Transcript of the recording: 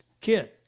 Kid